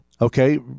Okay